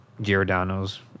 Giordano's